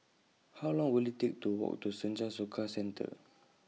How Long Will IT Take to Walk to Senja Soka Center